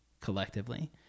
collectively